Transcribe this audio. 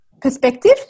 perspective